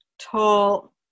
tall